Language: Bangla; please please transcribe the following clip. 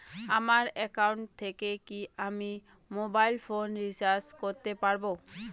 আমার একাউন্ট থেকে কি আমি মোবাইল ফোন রিসার্চ করতে পারবো?